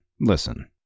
Listen